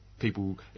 People